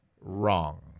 wrong